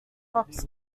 fox